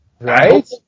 Right